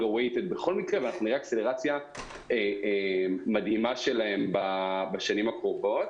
זמן רב בכל מקרה ואנחנו נראה עלייה מדהימה שלהם בשנים הקרובות.